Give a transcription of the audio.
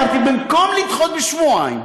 אמרתי: במקום לדחות בשבועיים,